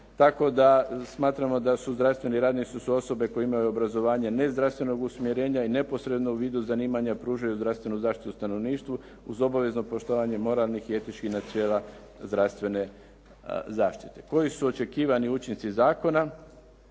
tako da smatramo da su zdravstveni radnici osobe koje imaju obrazovanje nezdravstvenog usmjerenja i neposredno u vidu zanimanja pružaju zdravstvenu zaštitu stanovništvu uz obavezno poštovanje moralnih i etičkih načela zdravstvene zaštite. Koji su očekivani učinci zakona?